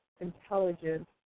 intelligence